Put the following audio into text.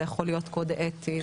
זה יכול להיות קוד אתי,